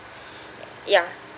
ya